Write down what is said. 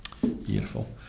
Beautiful